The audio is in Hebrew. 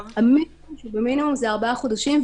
המינימום שבמינימום זה ארבעה חודשים,